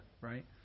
right